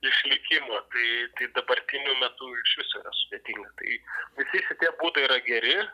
išlikimo tai tai dabartiniu metu išvis yra sudėtinga tai visi šitie būdai yra geri